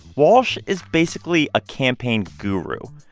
walsh is basically a campaign guru.